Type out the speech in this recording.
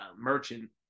merchant